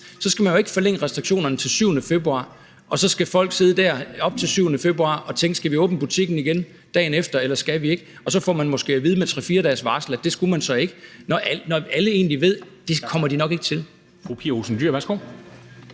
så skal man jo ikke forlænge restriktionerne til den 7. februar, så folk skal sidde der indtil den 7. februar og tænke, om de skal åbne butikken igen dagen efter eller ikke skal, og så måske med 3-4 dages varsel får at vide, at det skal de ikke – altså når alle egentlig ved, at det kommer de nok ikke til.